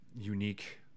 unique